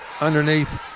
underneath